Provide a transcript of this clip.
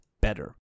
better